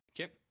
okay